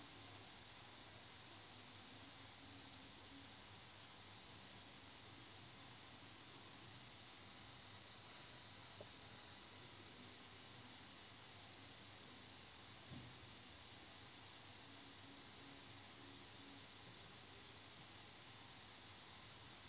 sportswear or